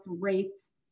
rates